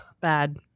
Bad